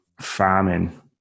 farming